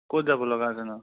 ক'ত যাব লগা আছেনো